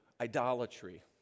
idolatry